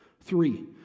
Three